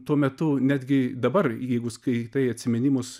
tuo metu netgi dabar jeigu skaitai atsiminimus